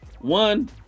One